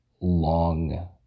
long